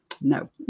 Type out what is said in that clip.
no